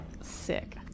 sick